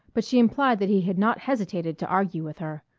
but she implied that he had not hesitated to argue with her.